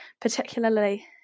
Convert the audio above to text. particularly